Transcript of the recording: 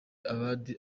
ubald